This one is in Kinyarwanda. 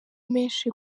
menshi